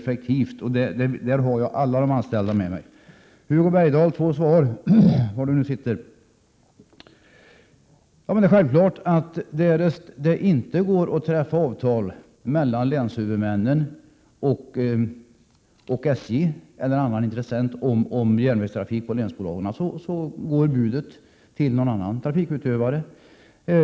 I det avseendet har jag alla anställda i SJ med mig. Till Hugo Bergdahl vill jag säga att det är självklart att om det inte går att träffa avtal mellan länshuvudmännen och SJ eller annan intressent om järnvägstrafiken inom länsbolagen, går budet till någon annan trafikutövare.